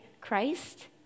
Christ